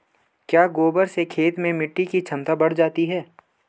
क्या गोबर से खेत में मिटी की क्षमता बढ़ जाती है?